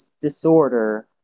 disorder